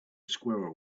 squirrel